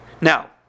Now